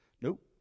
nope